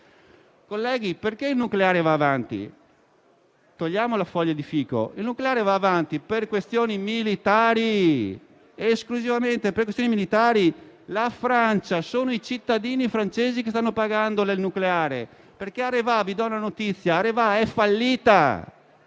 Colleghi, perché il nucleare va avanti? Togliamo la foglia di fico: il nucleare va avanti per questioni militari, esclusivamente per questioni militari. Sono i cittadini francesi che stanno pagando il nucleare. Vi do una notizia: Areva è fallita.